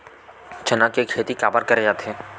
चना के खेती काबर करे जाथे?